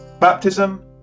baptism